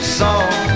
song